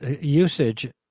usage